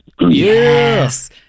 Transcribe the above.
Yes